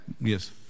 Yes